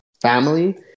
family